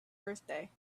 birthday